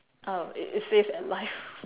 oh it it says at life